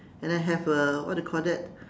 and I have a what do you call that